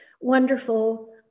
wonderful